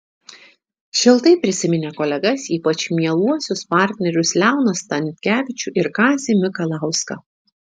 šiltai prisiminė kolegas ypač mieluosius partnerius leoną stankevičių ir kazį mikalauską